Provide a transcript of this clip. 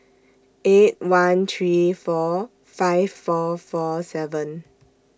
eight one three four five four four seven